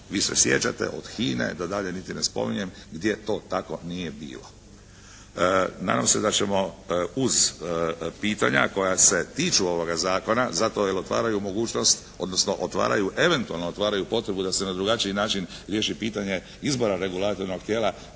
vi se sjećate od HINA-e da dalje niti ne spominjem gdje to tako nije bilo. Nadam se da ćemo uz pitanja koja se tiču ovoga zakona zato jer otvaraju mogućnost odnosno otvaraju, eventualno otvaraju potrebu da se na drugačiji način riješi pitanje izbora regulatornog tijela,